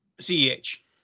CH